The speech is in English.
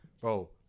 Bro